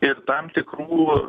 ir tam tikrų